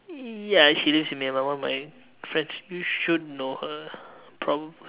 ya she lives in Myanmar one of my friends you should know her prob~